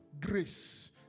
grace